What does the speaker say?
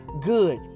good